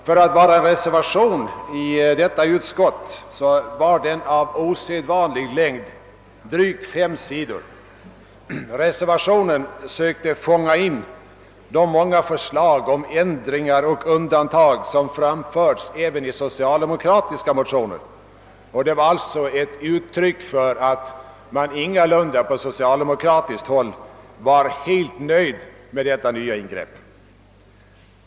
För att vara en reservation var den av osedvanlig längd, drygt fem sidor. I reservationen sökte man fånga in de många förslag om ändringar och undantag som framförts även i socialdemokratiska motioner. Den var alltså ett uttryck för att man på socialdemokratiskt håll ingalunda var helt nöjd med detta nya ingrepp.